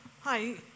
Hi